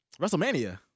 WrestleMania